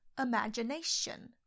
imagination